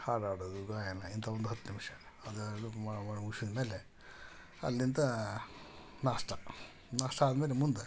ಹಾಡು ಹಾಡೋದು ಗಾಯನ ಇಂತ ಒಂದು ಹತ್ತು ನಿಮಿಷ ಅದೆಲ್ಲ ಮುಗ್ಸಿದ ಮೇಲೆ ಅಲ್ಲಿಂದ ನಾಷ್ಟ ನಾಷ್ಟ ಆದಮೇಲೆ ಮುಂದೆ